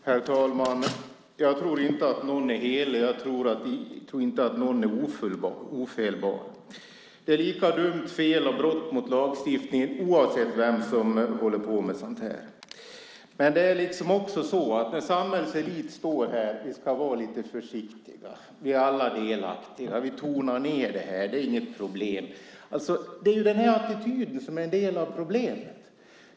Herr talman! Jag tror inte att någon är helig. Jag tror inte att någon är ofelbar. Det är ett lika dumt fel och brott mot lagstiftningen oavsett vem som håller på med skattefusk. Men när samhällets elit står här ska vi liksom vara lite försiktiga. Vi är alla delaktiga. Vi tonar ned det här. Det är inget problem. Alltså: Det är den här attityden som är en del av problemet.